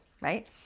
right